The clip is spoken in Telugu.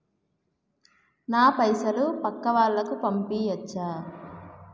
నా పైసలు పక్కా వాళ్ళకు పంపియాచ్చా?